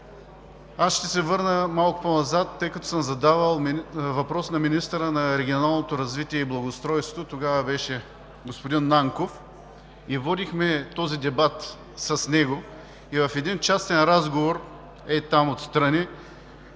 Ще се върна малко по-назад, тъй като съм задавал въпрос на министъра на регионалното развитие и благоустройството – тогава беше господин Нанков, и водихме този дебат с него. В един частен разговор, ей там отстрани,